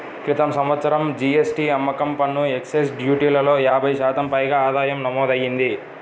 క్రితం సంవత్సరం జీ.ఎస్.టీ, అమ్మకం పన్ను, ఎక్సైజ్ డ్యూటీలలో యాభై శాతం పైగా ఆదాయం నమోదయ్యింది